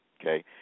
okay